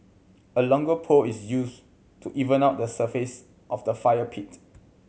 a longer pole is used to even out the surface of the fire pit